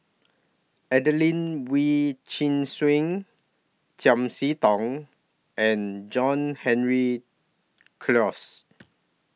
Adelene Wee Chin Suan Chiam See Tong and John Henry Clos